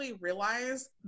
realize